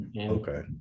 Okay